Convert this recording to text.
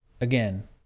Again